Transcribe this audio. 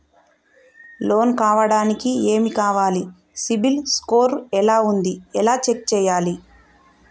Loan కావడానికి ఏమి కావాలి సిబిల్ స్కోర్ ఎలా ఉంది ఎలా చెక్ చేయాలి?